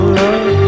love